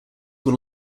were